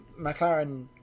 McLaren